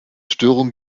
störungen